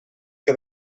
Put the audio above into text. que